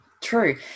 True